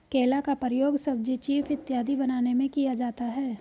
केला का प्रयोग सब्जी चीफ इत्यादि बनाने में किया जाता है